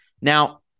Now